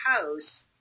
house